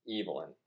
Evelyn